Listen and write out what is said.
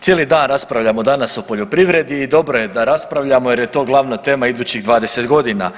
Cijeli dan raspravljamo danas o poljoprivredi i dobro je da raspravljamo jer je to glavna tema idućih 20 godina.